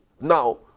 Now